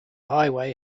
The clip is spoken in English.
highway